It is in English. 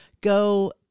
go